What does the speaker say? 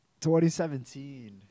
2017